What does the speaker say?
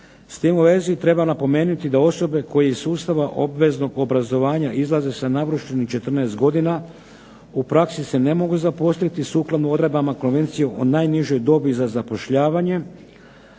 S tim u vezi treba napomenuti da osobe koje iz sustava obveznog obrazovanja izlaze sa navršenih 14 godina u praksi se ne mogu zaposliti, sukladno odredbama Konvencije o najnižoj dobi za zapošljavanje